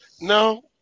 No